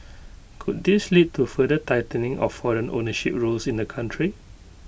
could this lead to further tightening of foreign ownership rules in the country